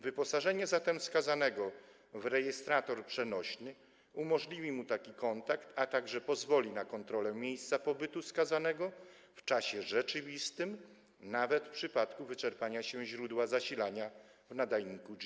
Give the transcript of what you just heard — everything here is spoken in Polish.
Wyposażenie zatem skazanego w rejestrator przenośny umożliwi mu taki kontakt, a także pozwoli na kontrolę miejsca pobytu skazanego w czasie rzeczywistym, nawet w przypadku wyczerpania się źródła zasilania w nadajniku GPS.